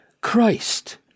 Christ